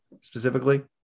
specifically